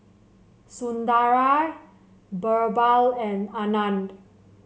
Sundaraiah BirbaL and Anand